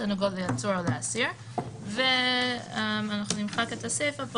הנוגעות לעצור או לאסיר - נמחק את הסיפא,